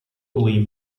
believed